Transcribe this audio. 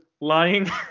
lying